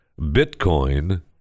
Bitcoin